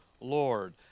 Lord